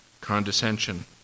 condescension